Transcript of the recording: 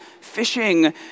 fishing